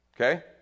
Okay